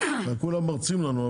כולם מרצים לנו,